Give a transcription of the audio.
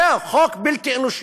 זה חוק בלתי אנושי.